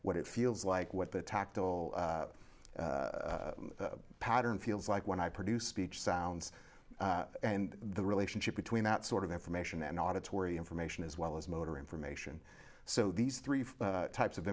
what it feels like what the tactile pattern feels like when i produce speech sounds and the relationship between that sort of information and auditory information as well as motor information so these three types of